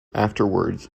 afterwards